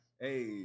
Hey